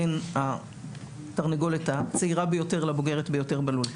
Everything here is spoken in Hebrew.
בין התרנגולת הצעירה ביותר לבוגרת ביותר בלול.